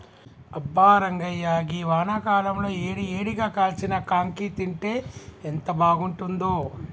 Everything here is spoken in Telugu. అబ్బా రంగాయ్య గీ వానాకాలంలో ఏడి ఏడిగా కాల్చిన కాంకి తింటే ఎంత బాగుంతుందో